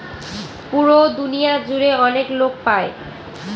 পুরো দুনিয়া জুড়ে অনেক লোক পাই